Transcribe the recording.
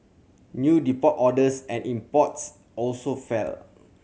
new deport orders and imports also fell